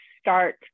start